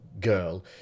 girl